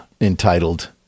entitled